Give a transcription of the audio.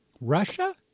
russia